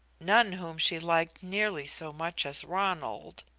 none whom she liked nearly so much as ronald,